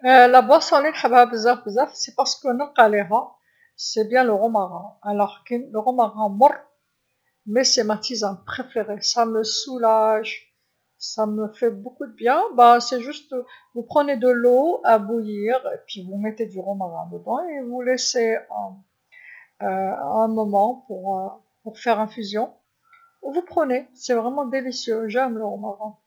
المشروب لنحبها بزاف بزاف على خاطرش نلقى ليها هي إكليل الجبل، كاين إكليل الجبل المر، لكن هي شاي الأعشاب لنحبها، تريحني، ديرلي بزاف حوايج شابين، برك ندو الما نغلوه و نوضعو إكليل الجبل فيه و تخلوه مده باش يندمج، و تدو هو بزاف بنين، نحب إكليل الجبل.